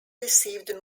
received